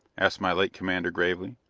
asked my late commander gravely.